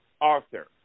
Arthur